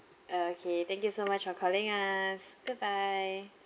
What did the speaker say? okay thank you so much for calling us goodbye